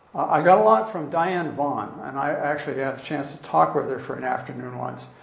i got a lot from diane vaughan. and i actually had the chance to talk with her for an afternoon once.